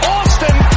Austin